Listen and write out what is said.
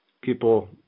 people